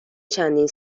چندین